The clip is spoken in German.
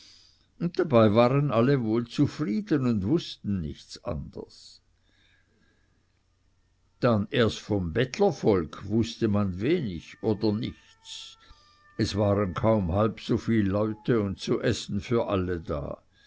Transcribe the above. und dabei waren alle wohl zufrieden man wußte nichts anders dann erst vom bettlervolk wußte man wenig oder nichts es waren kaum halb so viel leute und zu essen für alle da